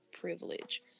privilege